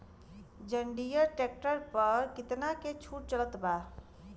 जंडियर tractor पर कितना के छूट चलत बा?